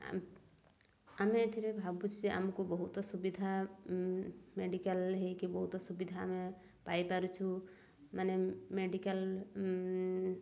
ଆମେ ଏଥିରେ ଭାବୁଛୁ ଯେ ଆମକୁ ବହୁତ ସୁବିଧା ମେଡ଼ିକାଲ୍ ହେଇକି ବହୁତ ସୁବିଧା ଆମେ ପାଇପାରୁଛୁ ମାନେ ମେଡ଼ିକାଲ୍